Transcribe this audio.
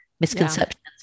misconceptions